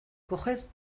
coged